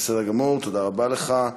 בסדר גמור, תודה רבה לך.